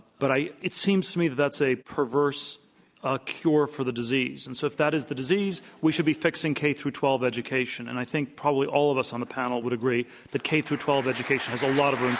but i it seems to me that that's a perverse ah cure for the disease. and so if that is the disease, we should be fixing k through twelve education. and i think probably all of us on the panel would agree that k through twelve education has a lot of room